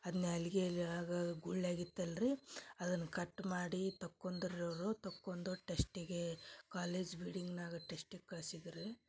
ಅದು ನ್ಯಾಲ್ಗೆಯಲ್ಲಿ ಆಗ ಗುಳ್ಳೆ ಆಗಿತ್ತಲ್ರಿ ಅದನ್ನ ಕಟ್ ಮಾಡಿ ತಕ್ಕೊಂದ್ರಿ ಅವರು ತಕ್ಕೊಂದು ಟೆಶ್ಟಿಗೇ ಕಾಲೇಜ್ ಬೀಡಿಂಗ್ನಾಗ ಟೆಶ್ಟಿಗೆ ಕಳ್ಸಿದ್ರು